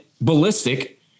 ballistic